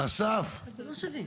אסף אסף,